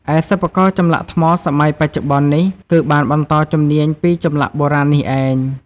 ឯសិប្បករចម្លាក់ថ្មសម័យបច្ចុប្បន្ននេះ គឺបានបន្តជំនាញពីចម្លាក់បុរាណនេះឯង។